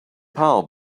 power